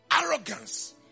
Arrogance